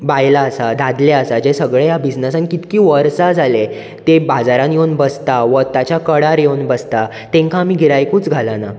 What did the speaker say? बायलां आसात दादले आसात जे सगळें ह्या बिजनसान कितलीं वर्सा जाले तें बाजारांत योवन बसतात वोताच्या कडार येवन बसतात तेंका आमीं गिरायकूच घालनात